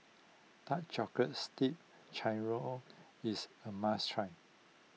Dark Chocolates Dipped Churro is a must try